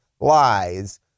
lies